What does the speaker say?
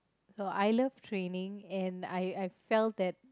so I love training and I I felt that